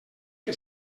que